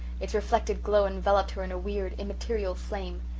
its reflected glow enveloped her in a weird immaterial flame.